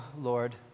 Lord